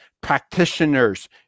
practitioners